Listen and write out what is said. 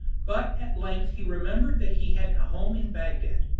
but at length he remembered that he had a home in bagdad,